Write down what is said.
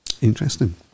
Interesting